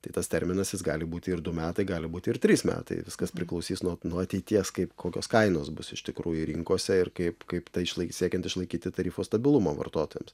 tai tas terminas jis gali būti ir du metai gali būti ir trys metai viskas priklausys nuo nuo ateities kaip kokios kainos bus iš tikrųjų rinkose ir kaip kaip tą išlaiky siekiant išlaikyti tarifo stabilumą vartotojams